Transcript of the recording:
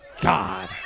God